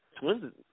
Twins